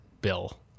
bill